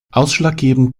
ausschlaggebend